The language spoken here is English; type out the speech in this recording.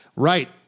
Right